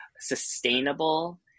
sustainable